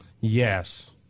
Yes